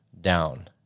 down